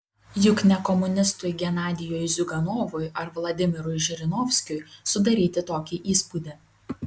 juk ne komunistui genadijui ziuganovui ar vladimirui žirinovskiui sudaryti tokį įspūdį